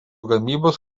gamybos